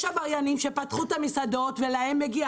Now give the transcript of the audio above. יש עבריינים שפתחו את המסעדות, ולהם מגיע.